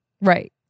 Right